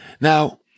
Now